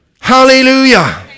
hallelujah